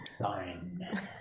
Fine